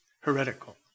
heretical